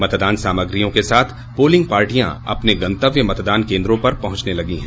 मतदान सामग्रियों के साथ पोलिंग पार्टियां अपने गंतव्य मतदान केन्द्रों पर पहुंचने लगी हैं